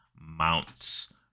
Mounts